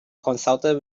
consulted